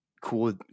cool